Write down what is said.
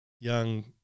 young